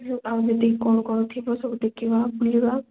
ଆଉ ଯଦି କ'ଣ କ'ଣ ଥିବ ସବୁ ଦେଖିବା ବୁଲିବା